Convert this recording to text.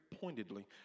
pointedly